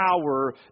power